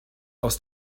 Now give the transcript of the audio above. aus